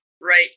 right